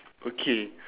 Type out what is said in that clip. okay